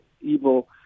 evil